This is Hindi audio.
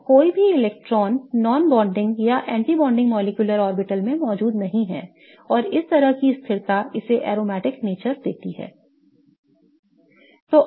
और कोई भी इलेक्ट्रॉनों non bonding या anti bonding molecular orbitals में मौजूद नहीं हैं और इस तरह की स्थिरता इसे aromatic nature देती है